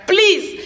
Please